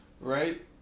right